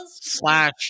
Slash